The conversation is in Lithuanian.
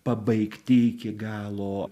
pabaigti iki galo